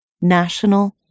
National